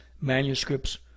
manuscripts